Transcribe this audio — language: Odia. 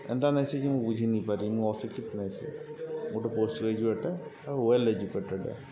ଏନ୍ତା ନାଇଁସେ ଯେ ମୁଇଁ ବୁଝିିନେଇପାରି ମୁଇଁ ଅଶିକ୍ଷିତ୍ ନାଇଁସେ ଗୁଟେ ପୋଷ୍ଟ୍ଗ୍ରେଜୁଏଟ୍ ଆଉ ୱେଲ୍ ଏଜୁକେଟେଡ଼୍ ଏ